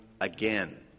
again